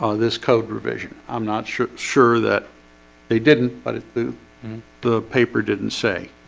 ah this code revision. i'm not sure sure that they didn't but it the the paper didn't say